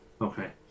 Okay